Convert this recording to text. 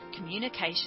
communication